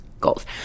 goals